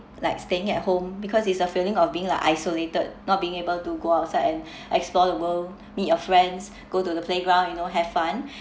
like staying at home because it's a feeling of being like isolated not being able to go outside and explore the world meet your friends go to the playground you know have fun